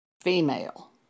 female